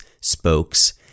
spokes